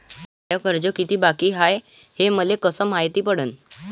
माय कर्ज कितीक बाकी हाय, हे मले कस मायती पडन?